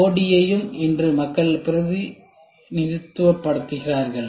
4D யும் இன்று மக்கள் பிரதிநிதித்துவப்படுத்துகிறார்கள்